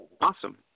Awesome